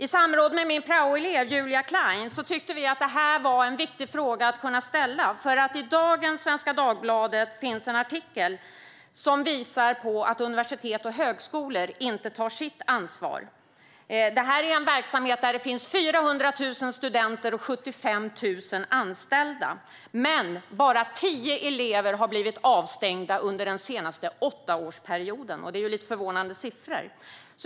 I samråd med min praoelev Julia Klein tyckte vi att det här var en viktig fråga att ställa. I dagens Svenska Dagbladet finns det nämligen en artikel som visar på att universitet och högskolor inte tar sitt ansvar. Det här är en verksamhet där det finns 400 000 studenter och 75 000 anställda, men bara tio elever har blivit avstängda under den senaste åttaårsperioden. Det är förvånande siffror.